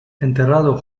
enterrado